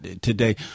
today